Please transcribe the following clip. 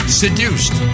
seduced